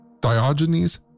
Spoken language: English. diogenes